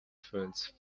funds